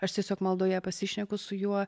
aš tiesiog maldoje pasišneku su juo